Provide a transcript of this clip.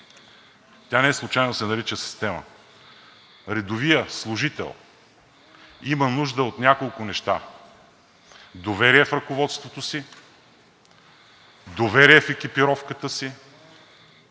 тя неслучайно се нарича система, редовият служител има нужда от няколко неща: доверие в ръководството си, доверие в екипировката си